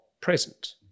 present